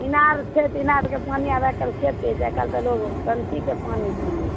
ईनार छै तऽ ईनारके पानि आब आइ काल्हिके पिबैत छै लोग टंकीके पानि पियैत छै